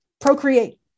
procreate